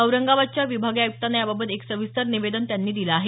औरंगाबादच्या विभागीय आयुक्तांना याबाबत एक सविस्तर निवेदन त्यांनी दिलं आहे